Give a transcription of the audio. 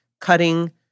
Cutting